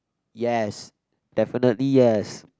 yes definitely yes